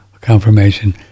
confirmation